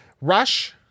Rush